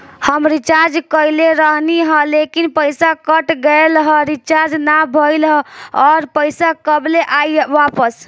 हम रीचार्ज कईले रहनी ह लेकिन पईसा कट गएल ह रीचार्ज ना भइल ह और पईसा कब ले आईवापस?